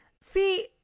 See